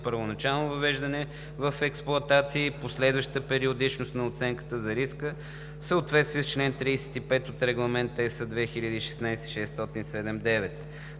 първоначално въвеждане в експлоатация и последващата периодичност за оценка на риска в съответствие с чл. 35 от Регламент на ЕС 2016/679;